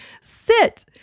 Sit